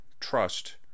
trust